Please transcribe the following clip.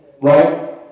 right